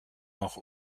noch